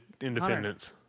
Independence